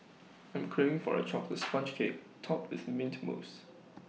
I am craving for A chocolate Sponge Cake Topped with Mint Mousse